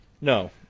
No